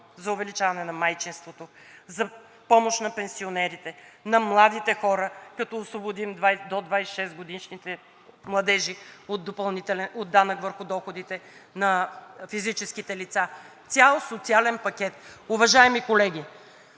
за увеличаване на майчинството, за помощ на пенсионерите, на младите хора, като освободим младежите до 26 години от данък върху доходите на физическите лица, цял социален пакет. Уважаеми колеги,